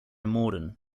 morden